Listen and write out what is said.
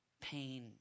pain